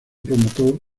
promotor